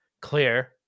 clear